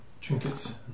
trinkets